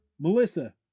Melissa